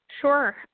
Sure